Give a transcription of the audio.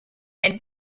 and